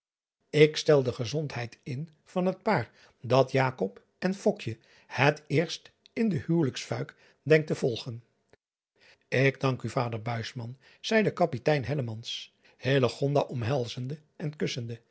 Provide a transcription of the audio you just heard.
k stel de gezondheid in van het paar dat en het eerst in de huwelijksfuik denkt te volgen k dank u vader zeide apitein omhelzende en kussende